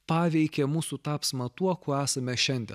paveikė mūsų tapsmą tuo kuo esame šiandien